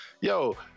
yo